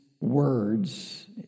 words